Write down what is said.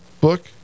book